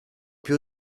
più